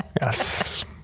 Yes